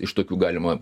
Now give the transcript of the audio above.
iš tokių galima